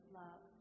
love